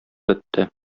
бетте